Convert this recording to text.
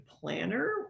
planner